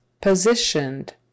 POSITIONED